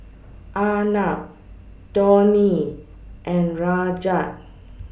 Arnab Dhoni and Rajat